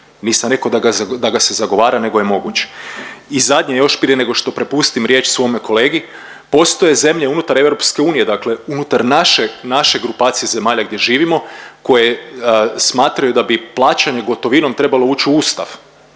Nisam rekao da ga se zagovara nego je moguć. I zadnje još prije nego što prepustim riječ svome kolegi, postoje zemlje unutar EU, dakle unutar naše grupacije zemalja gdje živimo koje smatraju da bi plaćanje gotovinom trebalo uć u Ustav.